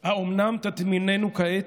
בכיים./ האומנם תטמינונו כעת?